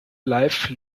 life